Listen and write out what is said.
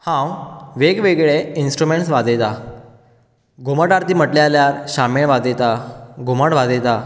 हांव वेगवेगळे इनस्ट्रुमेंटस वाजयता घुमट आरती म्हटले जाल्यार शामेेळ वाजयतां घुमट वाजयतां